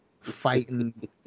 fighting